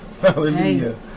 Hallelujah